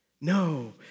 No